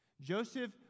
Joseph